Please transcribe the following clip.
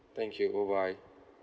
thank you bye bye